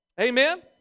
Amen